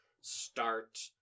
start